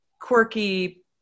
quirky